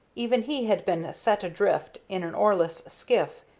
even he had been set adrift in an oarless skiff,